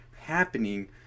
Happening